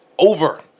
Over